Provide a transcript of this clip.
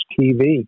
TV